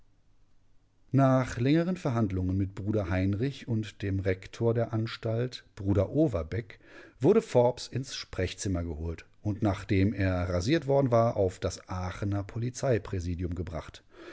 nach längeren verhandlungen mit bruder heinrich und dem rektor der anstalt bruder overbeck wurde forbes ins sprechzimmer geholt und nachdem er rasiert worden war auf das aachener polizeipräsidium gebracht